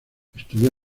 estudio